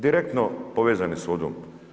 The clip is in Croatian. Direktno povezani sa vodom.